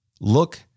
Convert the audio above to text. Look